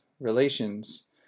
relations